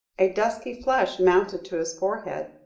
a dusky flush mounted to his forehead,